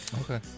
Okay